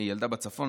ילדה בצפון,